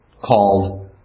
called